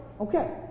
okay